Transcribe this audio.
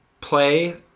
play